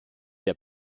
der